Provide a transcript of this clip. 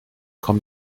komm